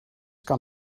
kan